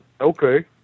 okay